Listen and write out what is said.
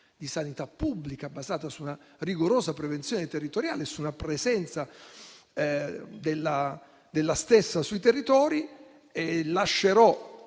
di sanità pubblica, basata su una rigorosa prevenzione territoriale e su una presenza della stessa sui territori. Lascerò